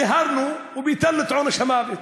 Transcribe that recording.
מיהרנו וביטלנו את עונש המוות,